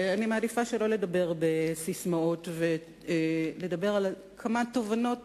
אני מעדיפה שלא לדבר בססמאות ולדבר על כמה תובנות